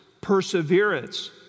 perseverance